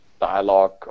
dialogue